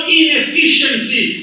inefficiency